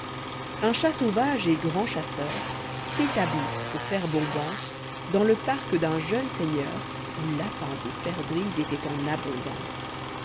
h chat sauvage et grand chasseur s'établit pour faire hpmbanee dans le parc d'un jeune s'eigneur où lapins et perdrix étaient en abondance